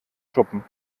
schuppen